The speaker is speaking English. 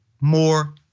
more